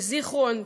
בזיכרון,